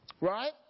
right